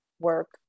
work